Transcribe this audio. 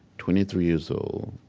twenty three years old.